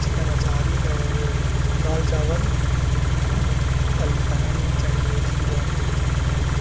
chicken اچاری اور دال چاول الفہم چنگیزی اور